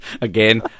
Again